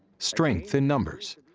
strength in numbers,